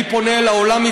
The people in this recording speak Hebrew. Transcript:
אני פונה לעולם,